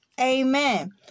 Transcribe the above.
amen